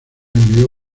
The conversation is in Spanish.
envió